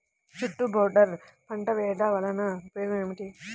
చుట్టూ బోర్డర్ పంట వేయుట వలన ఉపయోగం ఏమిటి?